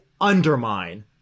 undermine